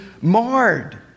marred